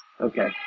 Okay